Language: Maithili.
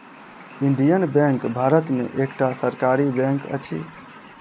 इंडियन बैंक भारत में एकटा सरकारी बैंक अछि